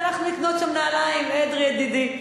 לקנות, הלכנו לקנות שם נעליים, אדרי ידידי.